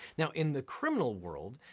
now in the criminal world,